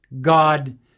God